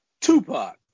Tupac